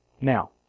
Now